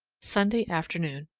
sunday afternoon.